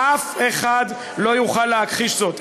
אף אחד לא יוכל להכחיש זאת.